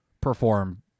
perform